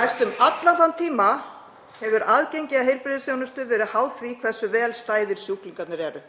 Næstum allan þann tíma hefur aðgengi að heilbrigðisþjónustu verði háð því hversu vel stæðir sjúklingarnir eru.